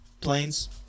Planes